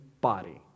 body